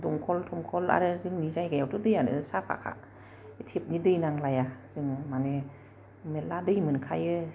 दंखल थंखल आरो जोंनि जायगायावथ' दैयानो साफाखा टेपनि दै नांलाया जों माने मेरला दै मोनखायो